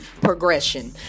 progression